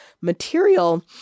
material